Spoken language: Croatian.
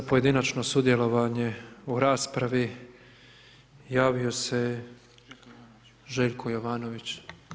Za pojedinačno sudjelovanje u raspravi javio se Željko Jovanović.